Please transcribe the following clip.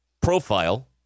profile